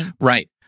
right